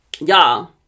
y'all